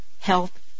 health